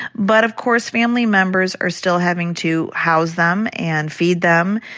but, of course, family members are still having to house them and feed them.